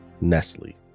Nestle